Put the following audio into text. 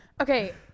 Okay